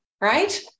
Right